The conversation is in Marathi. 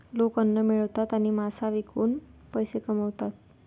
लोक अन्न मिळवतात आणि मांस विकून पैसे कमवतात